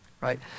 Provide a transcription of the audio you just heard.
right